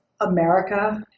America